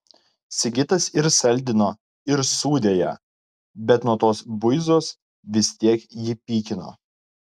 sigitas ir saldino ir sūdė ją bet nuo tos buizos vis tiek jį pykino